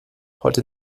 heute